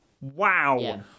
Wow